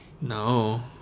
No